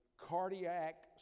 cardiac